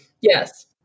Yes